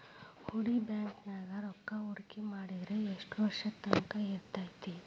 ಹೂಡಿ ಬ್ಯಾಂಕ್ ನ್ಯಾಗ್ ರೂಕ್ಕಾಹೂಡ್ಕಿ ಮಾಡಿದ್ರ ಯೆಷ್ಟ್ ವರ್ಷದ ತಂಕಾ ಇರ್ತೇತಿ?